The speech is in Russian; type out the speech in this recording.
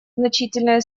значительные